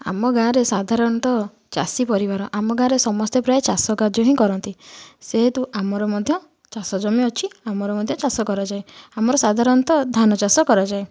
ଆମ ଗାଁରେ ସାଧାରଣତଃ ଚାଷୀ ପରିବାର ଆମ ଗାଁରେ ସମସ୍ତେ ପ୍ରାୟ ଚାଷକାର୍ଯ୍ୟ ହିଁ କରନ୍ତି ସେହେତୁ ଆମର ମଧ୍ୟ ଚାଷ ଜମି ଅଛି ଆମର ମଧ୍ୟ ଚାଷ କାର୍ଯ୍ୟ କରାଯାଏ ଆମର ସାଧାରଣତଃ ଧାନ ଚାଷ କରାଯାଏ